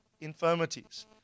infirmities